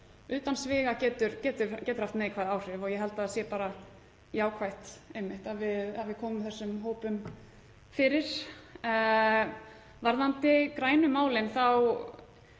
utan sviga getur haft neikvæð áhrif og ég held að það sé bara jákvætt að við komum þessum hópum fyrir. Varðandi grænu málin þá